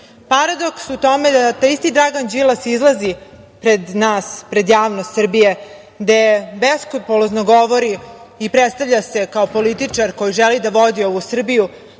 paradoks u tome da taj isti Dragan Đilas izlazi pred nas, pred javnost Srbije, gde beskrupulozno govori i prestavlja se kao političar koji želi da vodi ovu Srbiju,